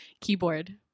Keyboard